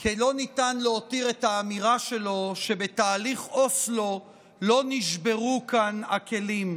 כי לא ניתן להותיר את האמירה שלו שבתהליך אוסלו לא נשברו כאן הכלים.